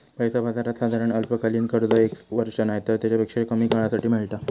पैसा बाजारात साधारण अल्पकालीन कर्ज एक वर्ष नायतर तेच्यापेक्षा कमी काळासाठी मेळता